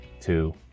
two